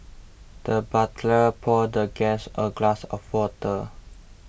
the butler poured the guest a glass of water